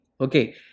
Okay